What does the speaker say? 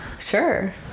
sure